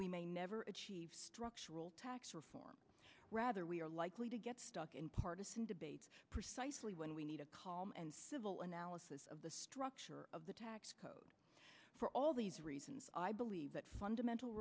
we may never achieve structural tax reform rather we are likely to get stuck in partisan debates precisely when we need a civil analysis of the structure of the tax code for all these reasons i believe that fundamental